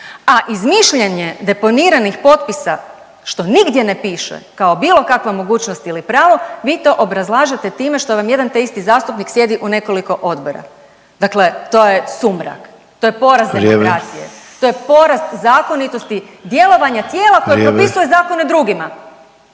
a izmišljene deponiranih potpisa, što nigdje ne piše kao bilo kakva mogućnost ili pravo, vi to obrazlažete time što vam jedan te isti zastupnik sjedi u nekoliko odbora. Dakle to je sumrak, to je poraz demokracije. .../Upadica: Vrijeme./... To je poraz zakonitosti djelovanja tijela koje propisuje … .../Upadica: